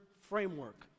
framework